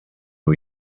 new